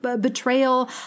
betrayal